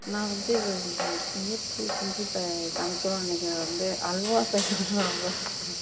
நான் வந்து முயற்சி செஞ்சி ச சமைக்கணுன்னு நினைக்கிறது வந்து அல்வா செய்யணுன்னு நான் ரொம்பவும் ஆசை